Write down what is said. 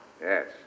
Yes